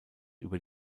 über